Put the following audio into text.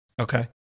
Okay